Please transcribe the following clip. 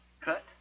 cut